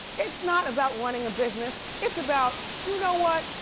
it's not about running a business, it's about, you know what?